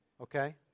okay